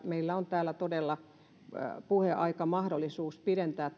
meillä on täällä todella tuota suositeltua puheaikaa mahdollisuus pidentää